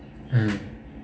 mm